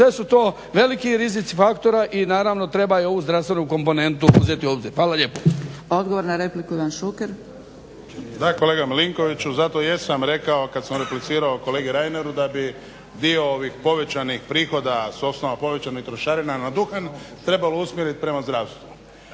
sve su to veliki rizici faktora i naravno treba i ovu zdravstvenu komponentu uzeti u obzir. Hvala lijepo. **Zgrebec, Dragica (SDP)** Odgovor na repliku, Ivan Šuker. **Šuker, Ivan (HDZ)** Da, kolega Milinkoviću. Zato jesam rekao kad sam replicirao kolegi Reineru da bih dio ovih povećanih prihoda s osnova povećanih trošarina na duhan trebalo usmjeriti prema zdravstvu.